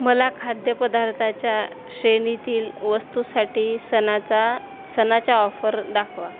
मला खाद्यपदार्थाच्या श्रेणीतील वस्तूसाठी सणाचा सणाच्या ऑफर दाखवा